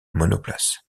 monoplace